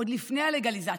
עוד לפני הלגליזציה,